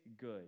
good